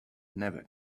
never